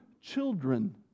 children